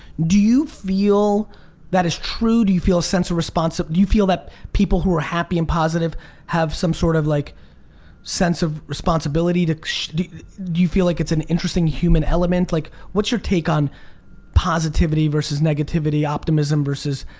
do you feel that is true? do you feel a sense of responsibility? do you feel that people who are happy and positive have some sort of like sense of responsibility? do you feel like it's an interesting human element? like what's your take on positivity versus negativity? optimism versus,